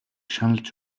шаналж